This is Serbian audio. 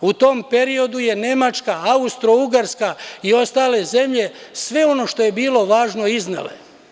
U tom periodu je Nemačka, Austrougarska i ostale zemlje, sve ono što je bilo važno one su iznele.